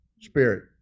spirit